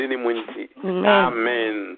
Amen